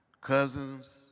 cousins